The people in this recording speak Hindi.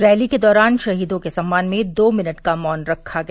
रैली के दौरान शहीदों के सम्मान में दो मिनट का मौन रखा गया